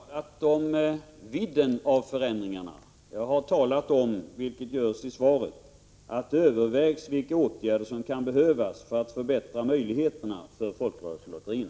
Herr talman! Jag har inte talat om vidden av förändringarna. Jag har sagt i svaret att vi överväger vilka åtgärder som kan behövas för att förbättra möjligheterna för folkrörelselotterierna.